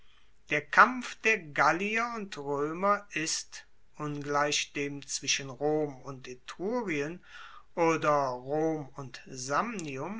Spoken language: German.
der kampf der gallier und roemer ist ungleich dem zwischen rom und etrurien oder rom und